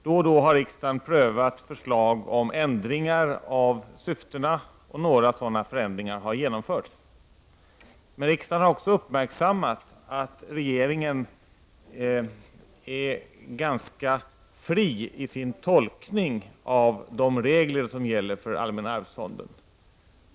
Då och då har riksdagen prövat förslag om ändring av syftena, och några sådana förändringar har genomförts. Riksdagen har också uppmärksammat att regeringen är ganska fri i sin tolkning av de regler som gäller för allmänna arvsfonden.